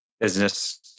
Business